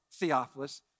Theophilus